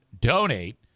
donate